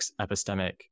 epistemic